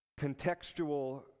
contextual